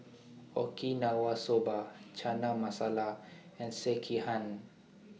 Okinawa Soba Chana Masala and Sekihan